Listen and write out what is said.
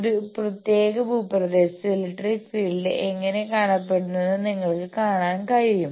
ഒരു പ്രത്യേക ഭൂപ്രദേശത്ത് ഇലക്ട്രിക് ഫീൽഡ് എങ്ങനെ കാണപ്പെടുന്നുവെന്ന് നിങ്ങൾക്ക് കാണാൻ കഴിയും